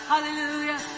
Hallelujah